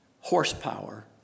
horsepower